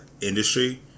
industry